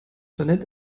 jeanette